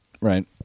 Right